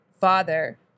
father